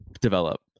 develop